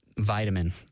vitamin